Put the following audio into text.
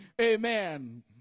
amen